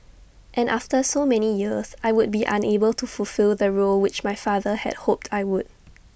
and after so many years I would be unable to fulfil the role which my father had hoped I would